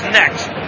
next